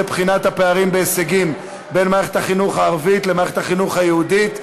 הפערים בהישגים בין מערכת החינוך הערבית למערכת החינוך היהודית.